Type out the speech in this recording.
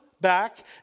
back